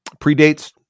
predates